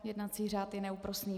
Jednací řád je neúprosný.